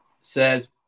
says